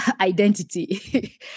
identity